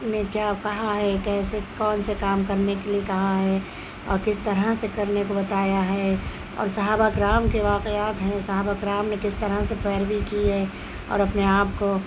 نے کیا کہا ہے کیسے کون سے کام کرنے کے لیے کہا ہے اور کس طرح سے کرنے کو بتایا ہے اور صحابہ کرام کے واقعات ہیں صحابہ کرام نے کس طرح سے پیروی کی ہے اور اپنے آپ کو